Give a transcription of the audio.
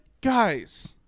guys –